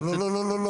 לא, לא לא.